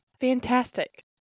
fantastic